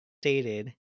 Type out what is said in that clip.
stated